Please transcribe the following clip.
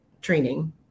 training